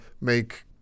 make